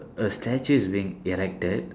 a statue is being erected